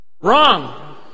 Wrong